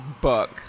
book